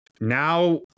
now